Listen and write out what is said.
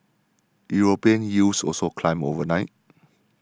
European yields also climbed overnight